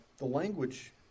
language